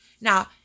Now